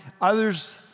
Others